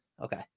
Okay